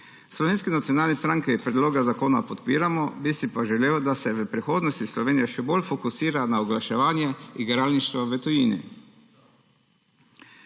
Slovenski nacionalni stranki predlog zakona podpiramo, bi si pa želel, da se v prihodnosti Slovenija še bolj fokusira na oglaševanje igralništva v tujini.